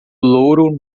louro